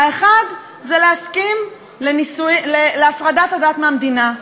האחת זה להסכים להפרדת הדת מהמדינה,